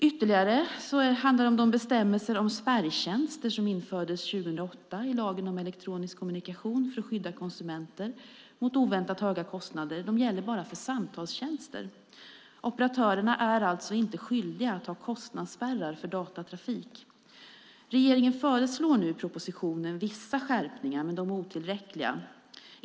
Det handlar ytterligare om de bestämmelser om spärrtjänster som infördes 2008 i lagen om elektronisk kommunikation för att skydda konsumenter mot oväntat höga kostnader. De gäller bara samtalstjänster. Operatörerna är alltså inte skyldiga att ha kostnadsspärrar för datatrafik. Regeringen föreslår nu i propositionen vissa skärpningar, men de är otillräckliga.